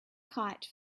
kite